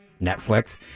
Netflix